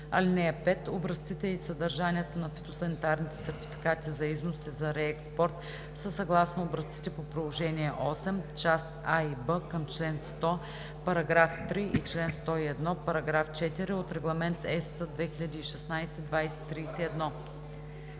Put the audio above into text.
(5) Образците и съдържанието на фитосанитарните сертификати за износ и за реекспорт са съгласно образците по Приложение VIII, част А и Б към чл. 100, параграф 3 и чл. 101, параграф 4 от Регламент (ЕС) 2016/2031.